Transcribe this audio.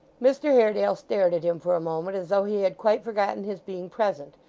mr haredale stared at him for a moment as though he had quite forgotten his being present,